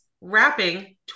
wrapping